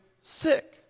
sick